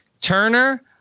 Turner